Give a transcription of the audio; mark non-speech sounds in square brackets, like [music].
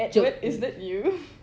edward is that you [laughs]